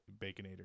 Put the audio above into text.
Baconator